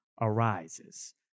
arises